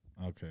Okay